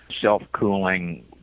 self-cooling